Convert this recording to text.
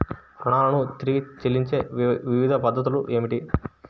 రుణాలను తిరిగి చెల్లించే వివిధ పద్ధతులు ఏమిటి?